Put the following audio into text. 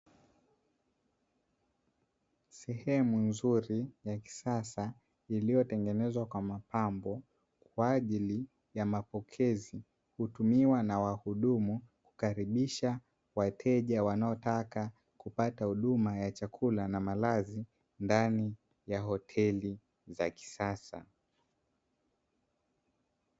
Sehemu nzuri ya kisasa iliyotengenezwa kwa mapambo, kwa ajili ya mapokezi, hutumiwa na wahudumu kukaribisha wateja wanaotaka kupata huduma ya chakula na malazi, ndani ya hoteli za kisasa.